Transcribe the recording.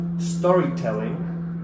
Storytelling